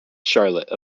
charlotte